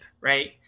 right